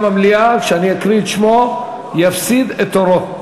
המליאה כשאני אקריא את שמו יפסיד את תורו,